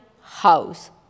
house